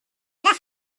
never